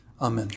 Amen